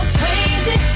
crazy